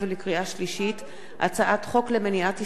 הצעת חוק למניעת הסתננות (עבירות ושיפוט)